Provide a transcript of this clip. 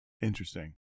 Interesting